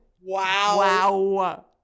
Wow